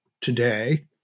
today